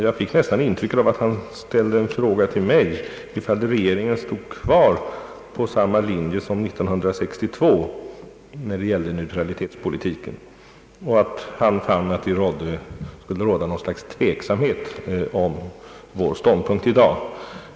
— Jag fick nästan intrycket att han ifrågasatte om regeringen stod kvar på samma linje som 1962 när det gäller neutralitetspolitiken, och han antydde att det skulle råda något slags tveksamhet om vår ståndpunkt i dag.